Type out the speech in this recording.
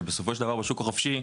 שבסופו של דבר בשוק החופשי,